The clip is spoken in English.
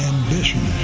Ambition